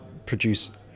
produce